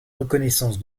reconnaissance